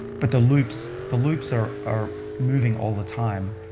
but the loops, the loops are are moving all the time,